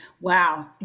Wow